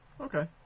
Okay